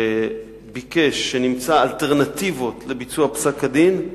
שביקש שנמצא אלטרנטיבות לביצוע פסק-הדין,